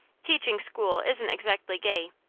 teaching school isn't exactly gay,